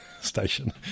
station